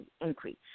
increase